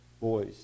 boys